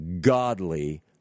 godly